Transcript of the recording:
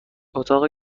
اتاق